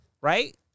Right